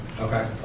Okay